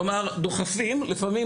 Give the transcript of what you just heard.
כמובן שלבתי ספר קטנים יש קורלציה עם